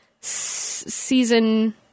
season